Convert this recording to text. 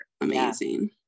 amazing